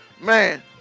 Man